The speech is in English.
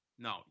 No